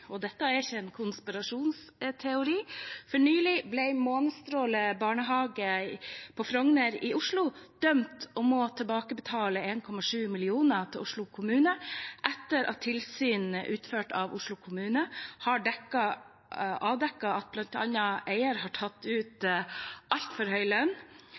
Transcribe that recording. og dette er ikke en konspirasjonsteori. Nylig ble Månestråle barnehage på Frogner i Oslo dømt, og den må tilbakebetale 1,7 mill. kr til Oslo kommune etter at tilsynene utført av Oslo kommune har avdekket bl.a. at eier har tatt ut altfor høy lønn,